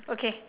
okay